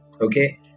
okay